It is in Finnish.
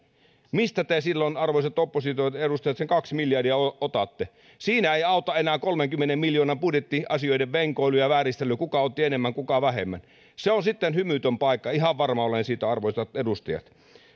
mistä te silloin arvoisat opposition edustajat sen kaksi miljardia otatte siinä ei auta enää kolmenkymmenen miljoonan budjetti asioiden venkoiluun ja vääristelyyn kuka otti enemmän kuka vähemmän se on sitten hymytön paikka ihan varma olen siitä arvoisat edustajat